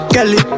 Kelly